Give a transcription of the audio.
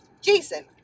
Jason